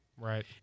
Right